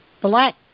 black